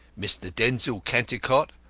mr. denzil cantercot,